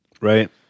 Right